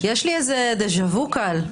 יש לי דז'ה וו קל.